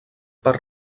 per